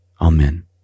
Amen